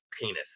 penis